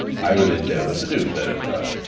i will endeavour to do so, sir,